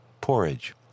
porridge